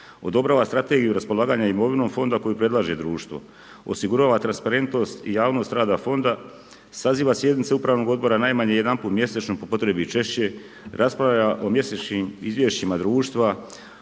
odobrava strategiju raspolaganja imovinom fonda koju predlaže društvo, osigurava transparentnost i javnost rada Fonda, saziva sjednice upravnog odbora najmanje jedanput mjesečno, po potrebi i češće, raspravlja o mjesečnim izvješćima društva.